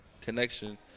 connection